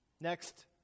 Next